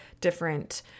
different